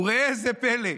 וראה זה פלא.